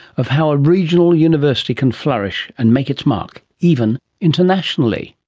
of how a regional university can flourish and make its mark, even internationally.